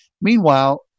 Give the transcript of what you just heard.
Meanwhile